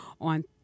on